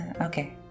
Okay